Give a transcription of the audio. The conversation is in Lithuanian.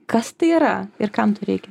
kas tai yra ir kam to reikia